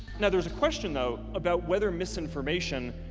now there's a question, though, about whether misinformation,